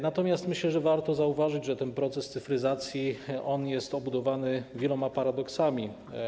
Natomiast myślę, że warto zauważyć, że proces cyfryzacji jest obudowany wieloma paradoksami.